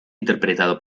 interpretado